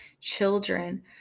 children